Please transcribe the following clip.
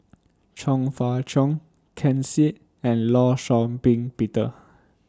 Chong Fah Cheong Ken Seet and law Shau Ping Peter